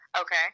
Okay